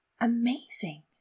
amazing